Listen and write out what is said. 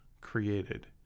created